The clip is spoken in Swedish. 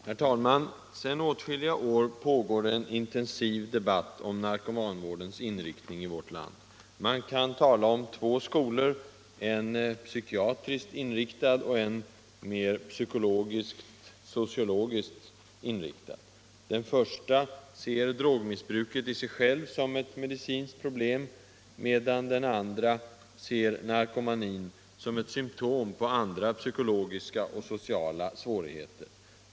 Herr talman! Sedan åtskilliga år pågår i vårt land en intensiv debatt om narkomanvårdens inriktning. Man kan tala om två skolor, en psykiatriskt inriktad och en mer psykologiskt-sociologiskt inriktad. Den första ser drogmissbruket i sig självt som ett medicinskt problem, medan den andra ser narkomanin som ett symtom på andra psykologiska och sociala svårigheter.